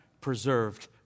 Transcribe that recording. preserved